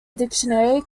dictionary